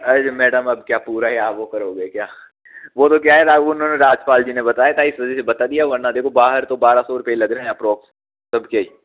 अरे मैडम अब क्या पूरा ही आप वो करोगे क्या वो तो क्या है उन्होंने राजपाल जी ने बताया था इस वजह से बता दिया वरना देखो बाहर तो बारह सौ रुपए ही लग रहे हैं आप्रोक्स सबके